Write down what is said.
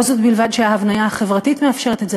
לא זו בלבד שההבניה החברתית מאפשרת את זה,